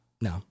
No